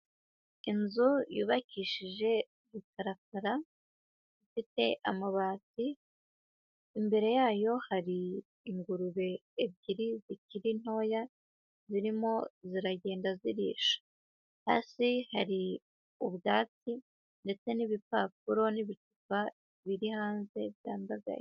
Inzu yubakishije rukarakara ifite amabati, imbere yayo hari ingurube ebyiri zikiri ntoya, zirimo ziragenda zirisha. Hasi hari ubwatsi ndetse n'ibipapuro n'ibicupa biri hanze byandagaye.